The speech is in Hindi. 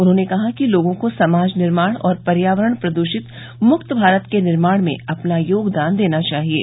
उन्होंने कहा कि लोगों को समाज निर्माण और पर्यावरण प्रदृषण मुक्त भारत के निर्माण में अपना योगदान देना चाहिये